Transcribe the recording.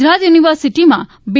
ગુજરાત યુનિવર્સિટીમાં બી